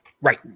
Right